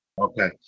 Okay